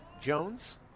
Jones